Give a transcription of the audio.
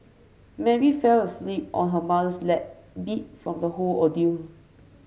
Mary fell asleep on her mother's lap beat from the whole ordeal